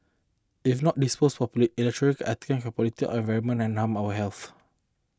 if not disposed properly electronic items can pollute our environment and harm our health